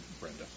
Brenda